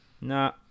Nah